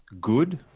good